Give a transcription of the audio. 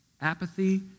apathy